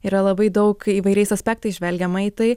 yra labai daug įvairiais aspektais žvelgiama į tai